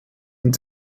ihn